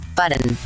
button